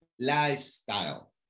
lifestyle